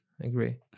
agree